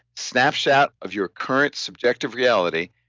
snapshot of your current subjective reality,